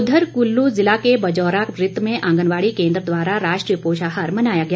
उधर कुल्लू जिला के बजौरा वृत्त में आंगनबाड़ी केंद्र द्वारा राष्ट्रीय पोषाहार मनाया गया